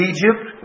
Egypt